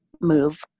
move